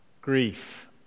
grief